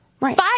Right